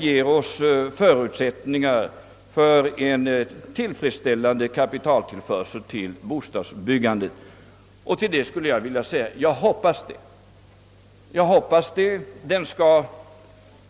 ger förutsättning för en tillfredsställande kapitaltillförsel till bostadsbyggandet vill jag svara att det hoppas jag.